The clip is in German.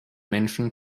menschen